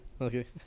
Okay